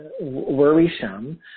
worrisome